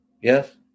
Yes